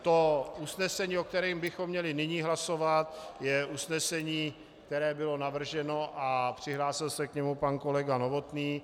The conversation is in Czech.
To usnesení, o kterém bychom měli nyní hlasovat, je usnesení, které bylo navrženo a přihlásil se k němu pan kolega Novotný.